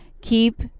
Keep